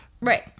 Right